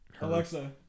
Alexa